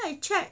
then I checked